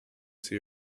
see